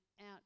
out